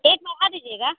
एक मौक़ा दीजिएगा